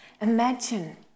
Imagine